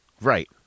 Right